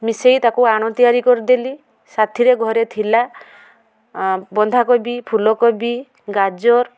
ମିଶେଇ ତାକୁ ଆଣ ତିଆରି କରିଦେଲି ସାଥିରେ ଘରେ ଥିଲା ବନ୍ଧାକୋବି ଫୁଲକୋବି ଗାଜର